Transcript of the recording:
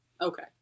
okay